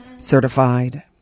Certified